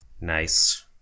Nice